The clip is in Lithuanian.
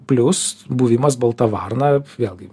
plius buvimas balta varna vėlgi